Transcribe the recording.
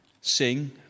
sing